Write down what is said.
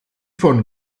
von